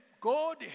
God